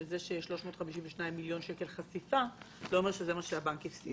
שזה שיש 352 מיליון שקל חשיפה עוד לא אומר שזה מה שהבנק הפסיד.